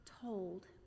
told